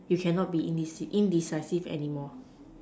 you cannot be indice~ indecisive anymore